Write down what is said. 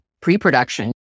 pre-production